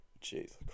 Jesus